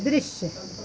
दृश्य